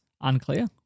unclear